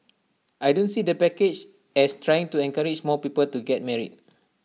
I don't see the package as trying to encourage more people to get married